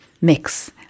mix